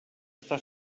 està